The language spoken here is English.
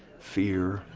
fear,